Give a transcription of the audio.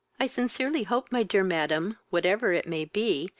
i sincerely hope, my dear madam, whatever it may be,